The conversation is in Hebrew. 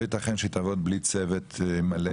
לא ייתכן שהיא תעבוד בלי צוות מלא.